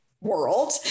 world